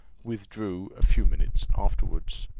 withdrew a few minutes afterward.